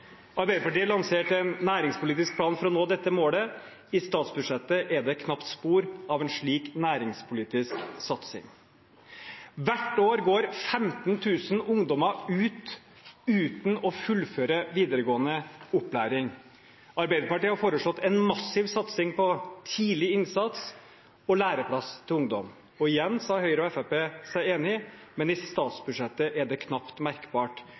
Arbeiderpartiet har lansert en næringspolitisk plan for å nå dette målet. I statsbudsjettet er det knapt spor av en slik næringspolitisk satsing. Hvert år går 15 000 ungdommer ut av skolen uten å fullføre videregående opplæring. Arbeiderpartiet har foreslått en massiv satsing på tidlig innsats og læreplass til ungdom. Igjen sa Høyre og Fremskrittspartiet seg enig, men i statsbudsjettet er det knapt merkbart.